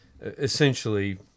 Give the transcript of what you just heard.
essentially